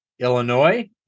Illinois